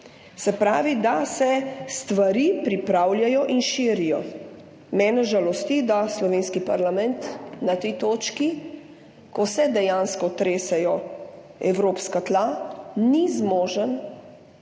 se pravi, da se stvari pripravljajo in širijo. Mene žalosti, da slovenski parlament na tej točki, ko se dejansko tresejo evropska tla, ni zmožen